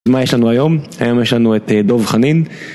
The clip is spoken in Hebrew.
אז מה יש לנו היום? היום יש לנו את דוב חנין.